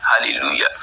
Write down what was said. Hallelujah